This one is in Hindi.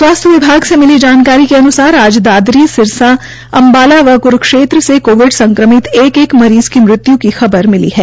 स्वास्थ्य विभाग से मिली जानकारी के अन्सार आज दादरी सिरसा अम्बाला व क्रूक्षेत्र से कोविड संक्रमित एक एक मरीज़ की मृत्यु की खबर मिली है